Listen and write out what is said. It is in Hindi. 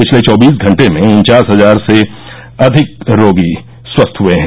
पिछले चौबीस घंटे में उन्चास हजार से अधिक रोगी स्वस्थ हुए हैं